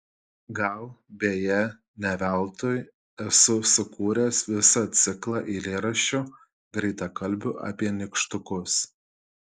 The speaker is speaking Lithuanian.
gal beje ne veltui esu sukūręs visą ciklą eilėraščių greitakalbių apie nykštukus